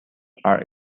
are